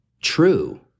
True